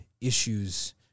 issues